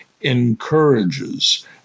encourages